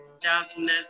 darkness